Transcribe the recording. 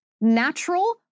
natural